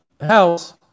house